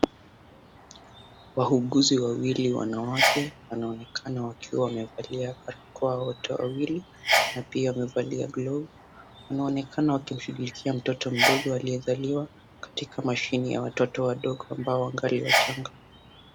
Wauguzi wawili wanawake wanaonekana wakiwa wamevalia barakoa wote wawili, na pia wamevalia glove . Wanaonekana wakimshughulikia mtoto mdogo aliyezaliwa katika mashini ya watoto wadogo ambao wangali wachanga.